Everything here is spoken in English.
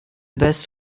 best